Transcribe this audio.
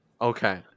Okay